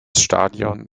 stadion